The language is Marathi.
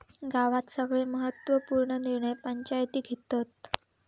गावात सगळे महत्त्व पूर्ण निर्णय पंचायती घेतत